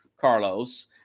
Carlos